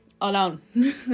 alone